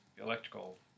electrical